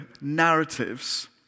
narratives